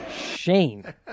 Shane